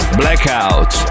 blackout